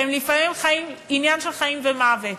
הן לפעמים עניין של חיים ומוות.